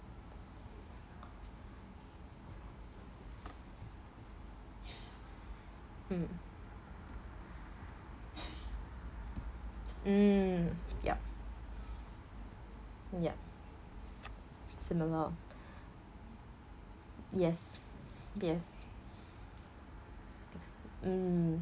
mm mm yup yup similar yes yes mm